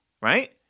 right